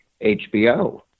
HBO